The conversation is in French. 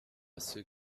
ceux